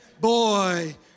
boy